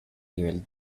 nivel